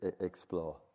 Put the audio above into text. explore